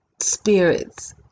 spirits